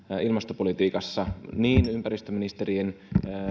ilmastopolitiikassa eri ympäristöministerien